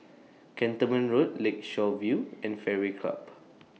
Cantonment Road Lakeshore View and Fairway Club